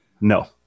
No